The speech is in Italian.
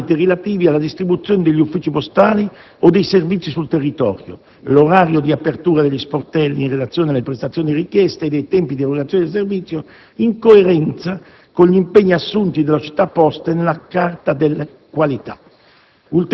i parametri relativi alla distribuzione degli uffici postali o dei servizi sul territorio, l'orario di apertura degli sportelli in relazione alle prestazioni richieste e ai tempi di erogazione del servizio, in coerenza con gli impegni assunti dalla società Poste nella Carta della qualità.